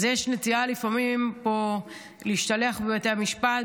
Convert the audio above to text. אז יש נטייה לפעמים פה להשתלח בבתי המשפט.